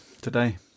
today